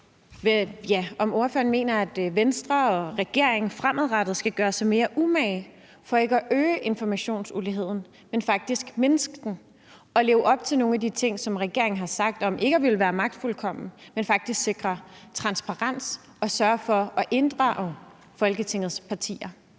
om ordføreren mener, at Venstre og regeringen fremadrettet skal gøre sig mere umage for ikke at øge informationsuligheden, men faktisk mindske den og leve op til nogle af de ting, regeringen har sagt om, at man ikke ville være magtfuldkommen, men faktisk sikre transparens og sørge for at inddrage Folketingets partier.